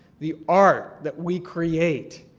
the art that we create,